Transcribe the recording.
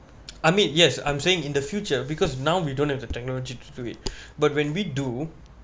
I mean yes I'm saying in the future because now we don't have the technology to do it but when we do